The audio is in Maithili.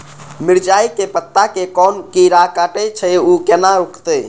मिरचाय के पत्ता के कोन कीरा कटे छे ऊ केना रुकते?